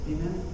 Amen